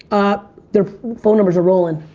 their phone numbers are rolling.